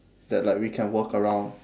that like we can work around